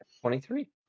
Twenty-three